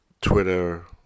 Twitter